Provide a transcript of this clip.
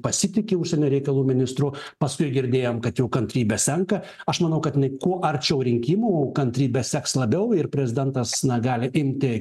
pasitiki užsienio reikalų ministru paskui girdėjom kad jau kantrybė senka aš manau kad jinai kuo arčiau rinkimų kantrybė seks labiau ir prezidentas na gali imti